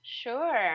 Sure